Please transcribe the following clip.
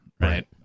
right